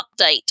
update